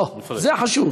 או, זה חשוב.